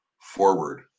forward